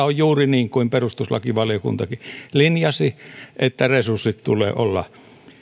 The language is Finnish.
on juuri niin kuin perustuslakivaliokuntakin linjasi että resurssien tulee olla